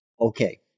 Okay